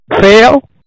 fail